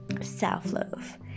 self-love